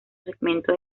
segmento